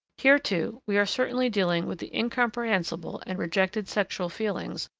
here, too, we are certainly dealing with the incomprehensible and rejected sexual feelings,